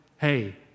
hey